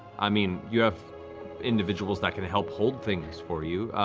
i mean you have individuals that can help hold things for you.